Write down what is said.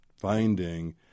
finding